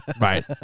Right